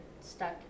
stuck